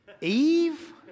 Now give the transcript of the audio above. Eve